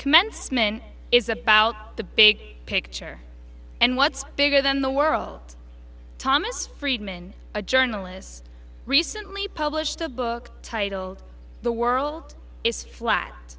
commencement is about the big picture and what's bigger than the world thomas friedman a journalist recently published a book titled the world is flat